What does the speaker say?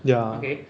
ya